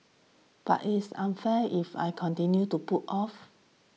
but it's unfair if I continue to putting off